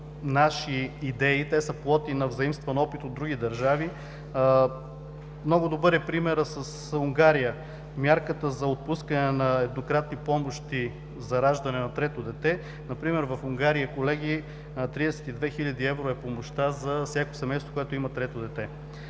наши идеи, те са плод и на взаимстван опит от други държави. Много добър е примерът с Унгария. Мярката за отпускане на еднократни помощи за раждане на трето дете, например в Унгария, колеги, е 32 хил. евро за всяко семейство, което има трето дете.